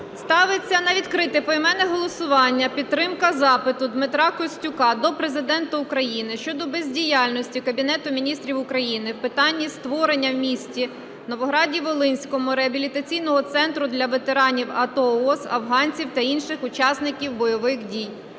Ставиться на відкрите поіменне голосування підтримка запиту Дмитра Костюка до Президента України щодо бездіяльності Кабінету Міністрів України в питанні створення в місті Новограді-Волинському реабілітаційного центру для ветеранів АТО/ООС, афганців та інших учасників бойових дій.